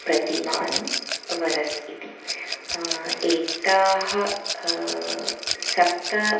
प्रतिमानं वरस् इति एताः सप्त